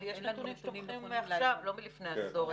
אבל יש נתונים שתומכים מעכשיו, לא מלפני עשור.